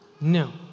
No